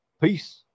Peace